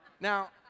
Now